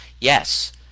yes